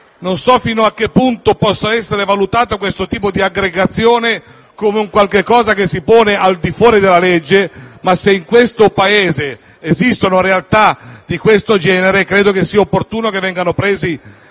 Non so fino a che punto possa essere valutato questo tipo di aggregazione come un qualcosa che si pone al di fuori della legge, ma se in questo Paese esistono realtà di questo genere, credo che sia opportuno che vengano presi